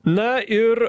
na ir